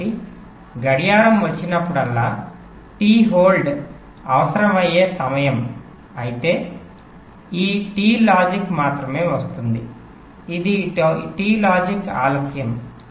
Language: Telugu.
కాబట్టి గడియారం వచ్చినప్పుడల్లా టి హోల్డ్ అవసరమయ్యే సమయం అయితే ఈ టి లాజిక్ మాత్రమే వస్తుంది ఇది టి లాజిక్ ఆలస్యం